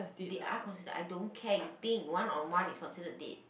they are considered I don't care you think one on one is considered date